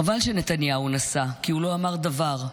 חבל שנתניהו נסע כי הוא לא אמר דבר,